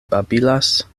babilas